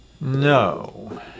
No